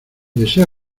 desea